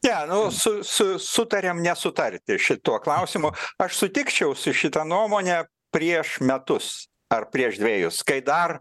ne nu su su sutariam nesutarti šituo klausimu aš sutikčiau su šita nuomone prieš metus ar prieš dvejus kai dar